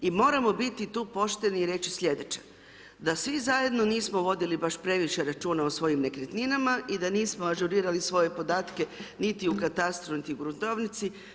I moramo biti tu pošteni i reći sljedeće, da svi zajedno nismo vodili baš previše računa o svojim nekretninama i da nismo ažurirali svoje podatke niti u katastru, niti u gruntovnici.